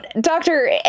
doctor